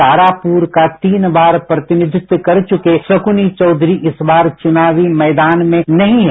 तारापुर का तीन बार प्रतिनिधित्व कर चुके शक्नी चौधरी इस बार चुनावी मैदान में नहीं हैं